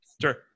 Sure